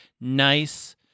nice